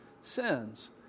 sins